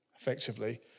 effectively